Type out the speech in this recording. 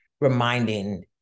reminding